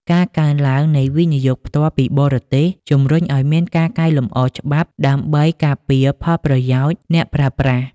ការកើនឡើងនៃ វិនិយោគផ្ទាល់ពីបរទេស ជម្រុញឱ្យមានការកែលម្អច្បាប់ដើម្បីការពារផលប្រយោជន៍អ្នកប្រើប្រាស់។